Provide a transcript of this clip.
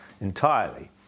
entirely